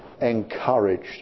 encouraged